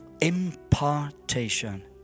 impartation